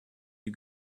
you